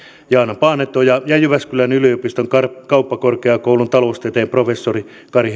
jaana paanetoja ja jyväskylän yliopiston kauppakorkeakoulun taloustieteen professori kari